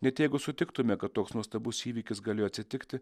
net jeigu sutiktume kad toks nuostabus įvykis galėjo atsitikti